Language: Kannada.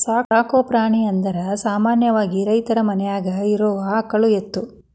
ಸಾಕು ಪ್ರಾಣಿ ಅಂದರ ಸಾಮಾನ್ಯವಾಗಿ ರೈತರ ಮನ್ಯಾಗ ಇರು ಆಕಳ ಎತ್ತುಗಳು